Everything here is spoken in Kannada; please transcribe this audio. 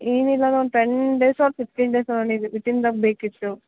ಏನಿಲ್ಲ ma'am ten days or fifteen days ಒಳಗೆ ವಿತಿನ್ದಾಗೆ ಬೇಕಿತ್ತು